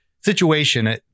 situation